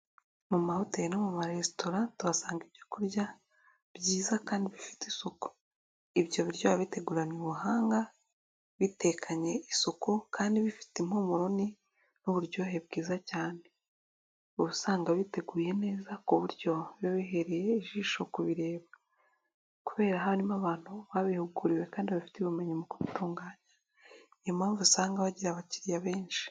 Mu mahoteli no mu maresitora tuhasanga ibyo kurya byiza kandi bifite isuku. Ibyo biryo biteguranye ubuhanga, bitekanye isuku kandi bifite impumuro n'uburyohe bwiza cyane. ubu usanga biteguye neza, ku buryo bibereye ijisho kubireba, kubera harimo abantu babihuguriwe kandi bafite ubumenyi mu gutunganya, niyo mpamvu usanga bagira abakiriya benshi.